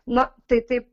na tai taip